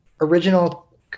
original